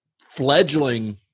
fledgling